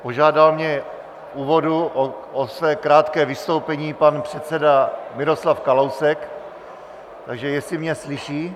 Požádal mě v úvodu o své krátké vystoupení pan předseda Miroslav Kalousek, takže jestli mě slyší.